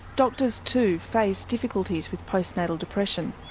doctors too face difficulties with postnatal depression.